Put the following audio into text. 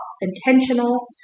intentional